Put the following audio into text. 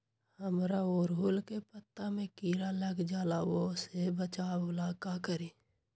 हमरा ओरहुल के पत्ता में किरा लग जाला वो से बचाबे ला का करी?